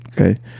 Okay